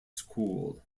school